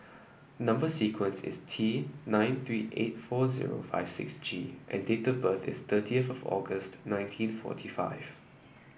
number sequence is T nine three eight four zero five six G and date of birth is thirtieth of August nineteen forty five